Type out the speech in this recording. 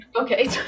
okay